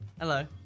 Hello